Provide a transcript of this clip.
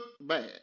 bad